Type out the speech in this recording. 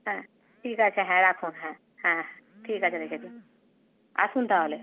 হ্যাঁ ঠিক আছে হ্যাঁ রাখুন হ্যাঁ হ্যাঁ ঠিক আছে রেখে দিন আসুন তাহলে